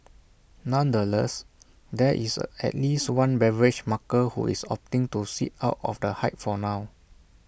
nonetheless there is A at least one beverage maker who is opting to sit out of the hype for now